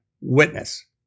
witness